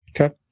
Okay